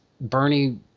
Bernie